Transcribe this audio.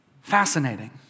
Fascinating